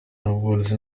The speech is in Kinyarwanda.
n’ubworozi